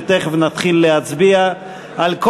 שתכף נתחיל להצביע עליהם,